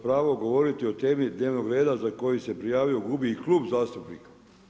Pravo govoriti o temi dnevnog reda za koji se prijavio gubi i klub zastupnika.